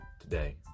today